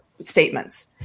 statements